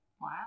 Wow